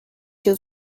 too